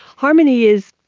harmony is,